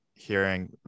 hearing